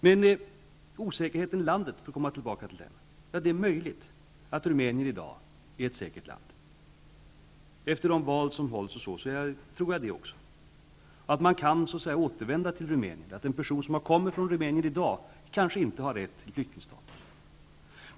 För att återkomma till frågan om osäkerheten i landet, är det möjligt att Rumänien i dag är ett säkert land. Efter de val som har hållits tror jag också det. Man kan nog återvända till Rumänien. En person som kommer från Rumänien i dag har kanske inte rätt till flyktingstatus.